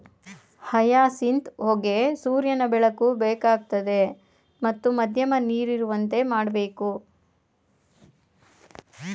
hyacinth ಹೂಗೆ ಸೂರ್ಯನ ಬೆಳಕು ಬೇಕಾಗ್ತದೆ ಮತ್ತು ಮಧ್ಯಮ ನೀರಿರುವಂತೆ ಮಾಡ್ಬೇಕು